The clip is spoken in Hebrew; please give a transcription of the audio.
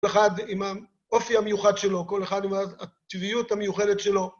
כל אחד עם האופי המיוחד שלו, כל אחד עם הטבעיות המיוחדת שלו.